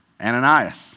Ananias